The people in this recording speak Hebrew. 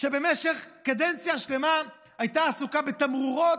שבמשך קדנציה שלמה הייתה עסוקה בתמרורות,